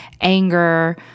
anger